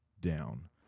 down